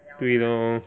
对 loh